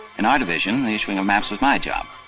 in our division, the issuing of maps was my job.